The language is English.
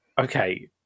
Okay